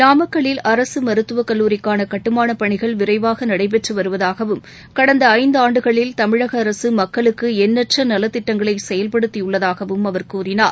நாமக்கல்லில் அரசு மருத்துவக்கல்லூரி கட்டுமான பணிகள் விரைவாக நடைபெற்று வருவதாகவும் கடந்த ஐந்தாண்டுகளில் தமிழக அரசு மக்களுக்கு எண்ணற்ற நலத்திட்டங்களை செயல்படுத்தியுள்ளதாகவும் அவர் கூறினார்